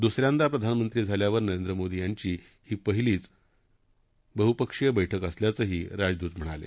दुस यांदा प्रधानमंत्री झाल्यावर नरेंद्र मोदी यांची ही पहिलीच बहुपक्षीय बैठक असल्यांही राजदू म्हणाले